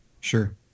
Sure